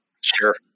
Sure